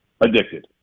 Addicted